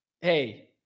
hey